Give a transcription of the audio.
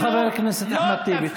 תודה, חבר הכנסת אחמד טיבי.